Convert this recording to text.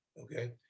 Okay